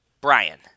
brian